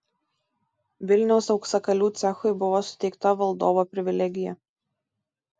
vilniaus auksakalių cechui buvo suteikta valdovo privilegija